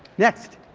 next.